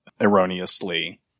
erroneously